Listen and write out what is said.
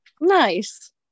Nice